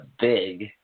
Big